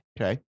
Okay